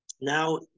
Now